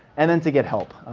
and then to get help.